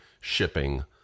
shipping